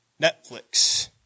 Netflix